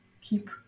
keep